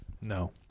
no